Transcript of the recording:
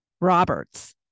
Roberts